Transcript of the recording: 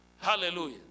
Hallelujah